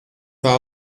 war